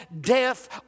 death